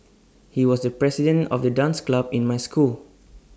he was the president of the dance club in my school